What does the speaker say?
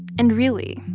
and, really,